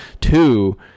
Two